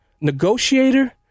negotiator